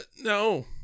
No